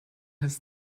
his